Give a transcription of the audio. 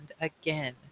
again